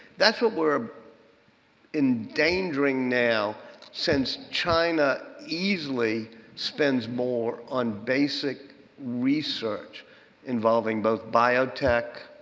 that's what we're endangering now since china easily spends more on basic research involving both biotech,